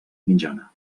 mitjana